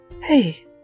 Hey